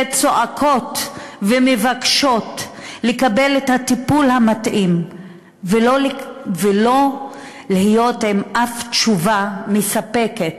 שצועקות ומבקשות לקבל את הטיפול המתאים ולא להיות עם אף תשובה מספקת,